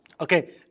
Okay